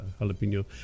jalapeno